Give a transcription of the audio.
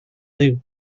liw